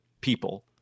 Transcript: people